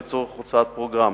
לצורך הוצאת פרוגרמה.